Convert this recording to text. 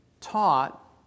taught